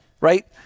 right